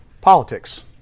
politics